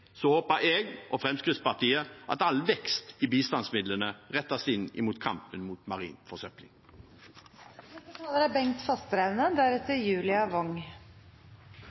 håper jeg og Fremskrittspartiet at all vekst i bistandsmidlene rettes inn i kampen mot marin forsøpling. Beredskap er